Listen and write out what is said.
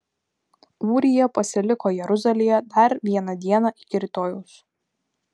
ūrija pasiliko jeruzalėje dar vieną dieną iki rytojaus